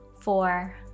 Four